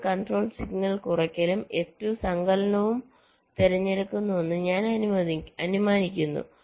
F1 control signal കുറയ്ക്കലും F2 സങ്കലനവും തിരഞ്ഞെടുക്കുന്നുവെന്ന് ഞാൻ അനുമാനിക്കുന്നു